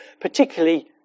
particularly